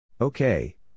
okay